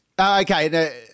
okay